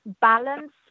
balance